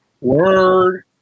Word